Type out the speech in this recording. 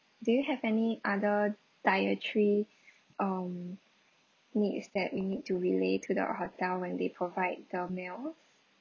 do you have any other dietary um needs that you need to relay to the hotel when they provide the meal